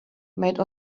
made